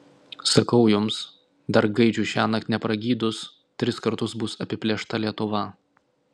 sakau jums dar gaidžiui šiąnakt nepragydus tris kartus bus apiplėšta lietuva